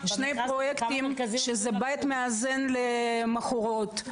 שני פרויקטים שזה בית מאזן למכורות.